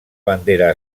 bandera